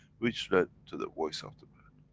which lead to the voice of the man.